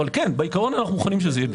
אבל בעיקרון אנו מוכנים שזה יהיה.